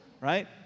Right